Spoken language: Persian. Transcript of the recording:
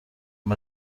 این